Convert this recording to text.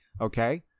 Okay